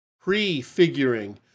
prefiguring